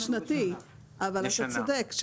אבל אתה צודק,